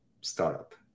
startup